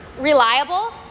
Reliable